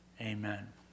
amen